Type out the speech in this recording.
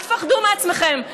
אל תפחדו מעצמכם.